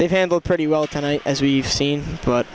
they've handled pretty well tonight as we've seen but